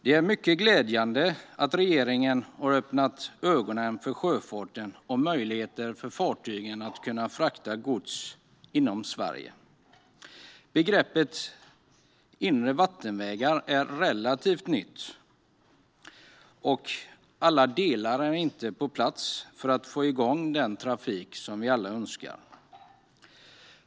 Det är mycket glädjande att regeringen har fått upp ögonen för sjöfarten och möjligheten för fartygen att frakta gods inom Sverige. Begreppet inre vattenvägar är relativt nytt, och alla delar är inte på plats för att få igång den trafik som vi alla önskar.